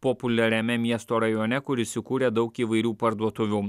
populiariame miesto rajone kur įsikūrę daug įvairių parduotuvių